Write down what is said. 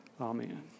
Amen